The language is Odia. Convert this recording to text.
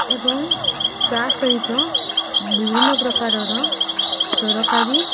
ଏବଂ ତା ସହିତ ବିଭିନ୍ନ ପ୍ରକାରର ତରକାରୀ